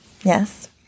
Yes